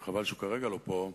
וחבל שהוא לא פה כרגע,